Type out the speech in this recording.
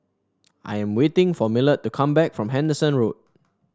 I am waiting for Millard to come back from Henderson Road